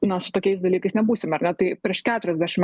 na su tokiais dalykais nebūsime ar ne tai prieš keturiasdešim